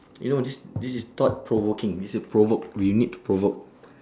you know this this is thought-provoking it's a provoke we need to provoke